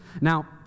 Now